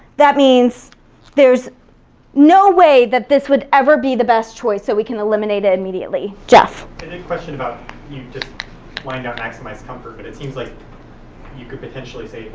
that means there's no way that this would ever be the best choice so we can eliminate immediately. jeff. i did question about you just wind up maximizing comfort, but it seems like you could potentially say,